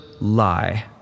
lie